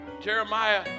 Jeremiah